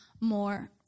more